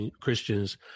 Christians